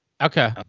okay